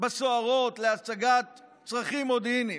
בסוהרות להשגת צרכים מודיעיניים,